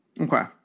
Okay